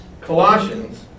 Colossians